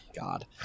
God